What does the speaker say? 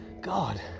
God